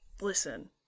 listen